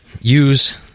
Use